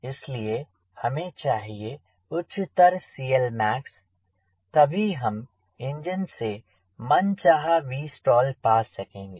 इसलिए हमें चाहिए उच्चतर CLmax तभी हम इंजन से मनचाहा Vstall पा सकेंगे